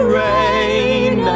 rain